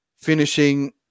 finishing